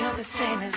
the same